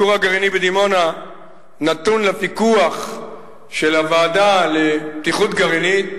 הכור הגרעיני בדימונה נתון לפיקוח של הוועדה לבטיחות גרעינית,